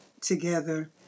together